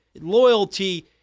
loyalty